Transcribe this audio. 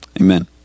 amen